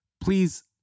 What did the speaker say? Please